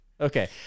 Okay